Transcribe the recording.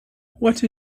what